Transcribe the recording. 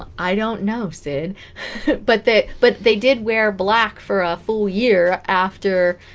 i don't know syd but that but they did wear black for a full year after